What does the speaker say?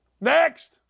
Next